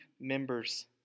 members